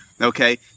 Okay